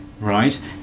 right